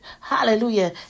Hallelujah